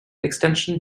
extension